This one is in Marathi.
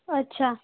अच्छा